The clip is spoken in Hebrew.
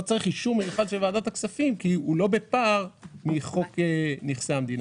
לא צריך אישור מיוחד של ועדת הכספים כי הוא לא בפער מחוק נכסי המדינה.